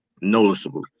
noticeable